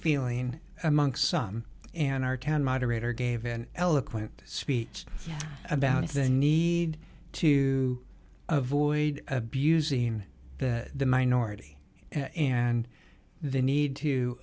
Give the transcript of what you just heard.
feeling among some and our town moderator gave an eloquent speech about the need to avoid abusing the minority and the need to